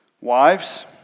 Wives